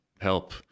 help